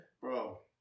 Bro